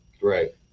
right